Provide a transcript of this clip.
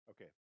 Okay